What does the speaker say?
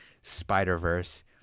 spider-verse